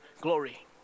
glory